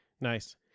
nice